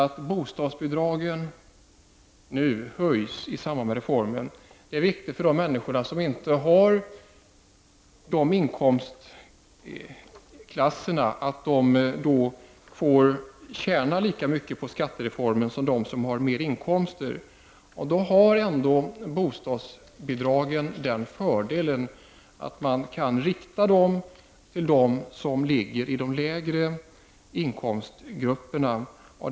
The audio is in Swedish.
Att bostadsbidragen nu höjs i samband med reformen är viktigt för de människor som inte ligger i sådana inkomstklasser att de tjänar lika mycket på skattereformen som de som har högre inkomster. Då har ändå bostadsbidragen den fördelen att man kan rikta dem till de människor som befinner sig i de lägre inkomst grupperna.